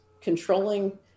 controlling